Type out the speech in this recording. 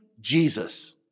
Jesus